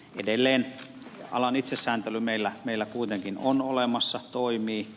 edelleen alan itsesääntely meillä kuitenkin on olemassa toimii